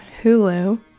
Hulu